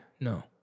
No